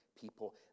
people